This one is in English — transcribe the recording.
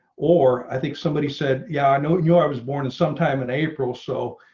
or i think somebody said, yeah, i know you're i was born in sometime in april, so